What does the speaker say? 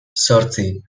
zortzi